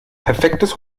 perfektes